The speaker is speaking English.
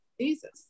Jesus